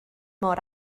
mor